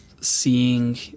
seeing